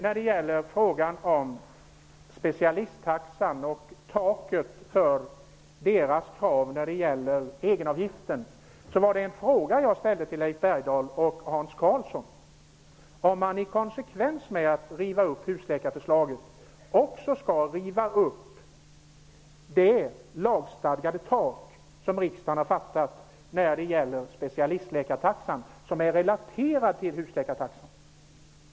När det gäller specialistläkartaxan och taket för dessa läkares krav i fråga om egenavgiften, ställde jag en fråga till Leif Bergdahl och Hans Karlsson, om de i konsekvens med att riva upp husläkarförslaget också skall riva upp det lagstadgade tak som riksdagen har beslutat i fråga om specialistläkartaxan, som är relaterad till husläkartaxan.